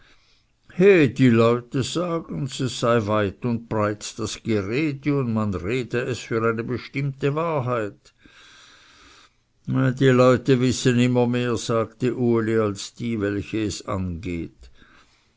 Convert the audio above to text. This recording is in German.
die leute sagens es sei weit und breit das gerede und man rede es für eine bestimmte wahrheit die leute wissen immer mehr sagte uli als die welche es angeht